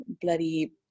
bloody